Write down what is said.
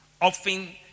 Often